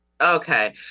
Okay